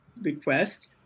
request